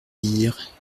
dire